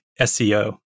SEO